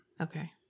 Okay